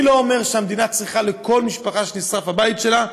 אני לא אומר שהמדינה צריכה לכל משפחה שנשרף הבית שלה,